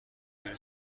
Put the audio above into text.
میره